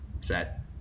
set